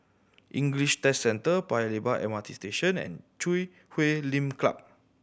English Test Centre Paya Lebar M R T Station and Chui Huay Lim Club